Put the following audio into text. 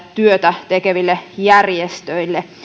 työtä tekeville järjestöille